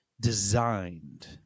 designed